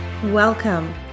Welcome